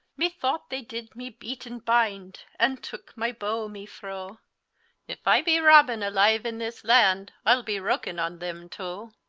methought they did mee beate and binde, and tooke my bow mee froe iff i be robin alive in this lande, ile be wroken on them towe.